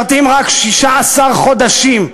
משרתים רק 16 חודשים.